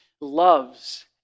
loves